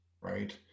Right